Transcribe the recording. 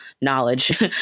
knowledge